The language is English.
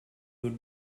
would